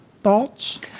Thoughts